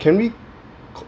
can we co~